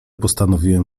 postanowiłem